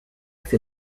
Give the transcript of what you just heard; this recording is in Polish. chce